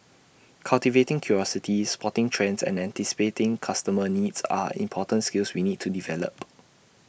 cultivating curiosity spotting trends and anticipating customer needs are important skills we need to develop